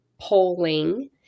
polling